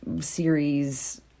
series